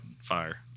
fire